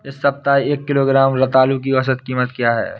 इस सप्ताह में एक किलोग्राम रतालू की औसत कीमत क्या है?